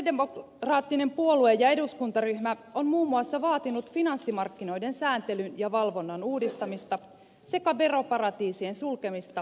sosialidemokraattinen puolue ja eduskuntaryhmä on muun muassa vaatinut finanssimarkkinoiden sääntelyn ja valvonnan uudistamista sekä veroparatiisien sulkemista